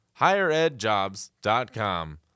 Higheredjobs.com